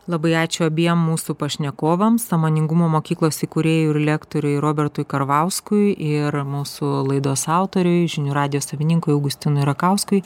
labai ačiū abiem mūsų pašnekovams sąmoningumo mokyklos įkūrėjui ir lektoriui robertui karvauskui ir mūsų laidos autoriui žinių radijo savininkui augustinui rakauskui